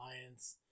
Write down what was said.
Alliance